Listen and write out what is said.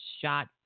shot